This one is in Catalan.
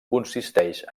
consisteix